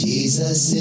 Jesus